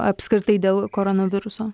apskritai dėl koronaviruso